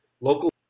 local